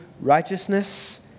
righteousness